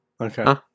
Okay